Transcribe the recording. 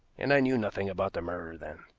and i knew nothing about the murder then.